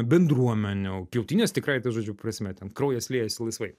bendruomenių pjautynės tikrąja to žodžio prasme ten kraujas liejasi laisvai